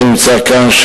שנמצא כאן,